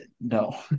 No